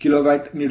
ಆದ್ದರಿಂದ ಇದು 1 0